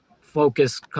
focus